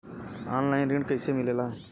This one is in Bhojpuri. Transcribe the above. ऑनलाइन ऋण कैसे मिले ला?